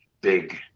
big